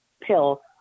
pill